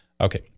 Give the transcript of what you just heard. Okay